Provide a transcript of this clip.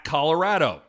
Colorado